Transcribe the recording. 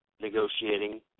negotiating